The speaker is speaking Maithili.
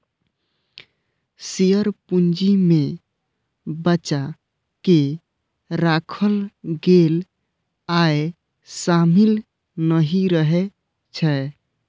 शेयर पूंजी मे बचा कें राखल गेल आय शामिल नहि रहै छै